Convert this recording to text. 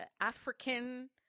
African